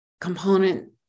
component